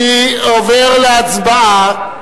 אני עובר להצבעה.